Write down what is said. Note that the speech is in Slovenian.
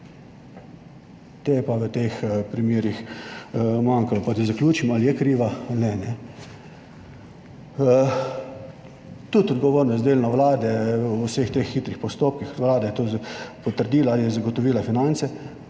je pa v teh primerih manjkalo. Pa da zaključim. Ali je kriva ali ne, ne. Tudi odgovornost delno Vlade v vseh teh hitrih postopkih, Vlada je to potrdila, je zagotovila finance,